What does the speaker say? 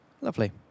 lovely